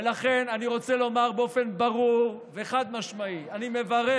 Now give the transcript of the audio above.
ולכן אני רוצה לומר באופן ברור וחד-משמעי: אני מברך